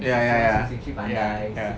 ya ya ya ya ya